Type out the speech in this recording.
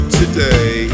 today